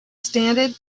standard